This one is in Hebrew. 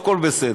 והכול בסדר.